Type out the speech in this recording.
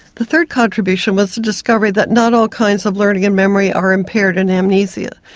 the third contribution was the discovery that not all kinds of learning and memory are impaired in amnesia.